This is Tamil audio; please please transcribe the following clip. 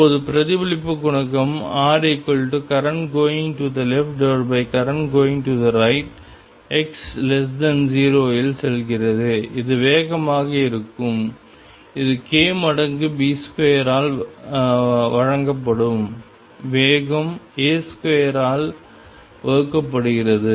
இப்போது பிரதிபலிப்பு குணகம் Rcurrent going to the leftcurrent going to the right x0 இல் செல்கிறது இது வேகமாக இருக்கும் இது k மடங்கு B2 ஆல் வழங்கப்படும் வேகம் A2 ஆல் வகுக்கப்படுகிறது